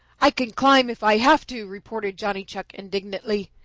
i can climb if i have to, retorted johnny chuck indignantly.